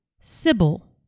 sybil